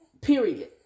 period